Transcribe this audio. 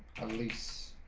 lease